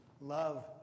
love